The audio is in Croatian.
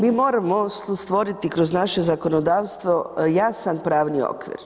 Vi, mi moramo stvoriti kroz naše zakonodavstvo jasan pravni okvir.